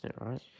right